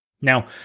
Now